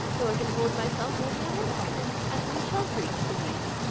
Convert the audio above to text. though i can hold myself only on one buttock, and we shall reach cadiz.